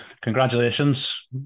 congratulations